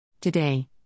Today